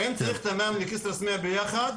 האם צריך תמ"מ לכסרא סמיע ביחד?